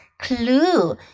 Clue